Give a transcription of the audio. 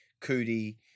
Cootie